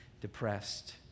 depressed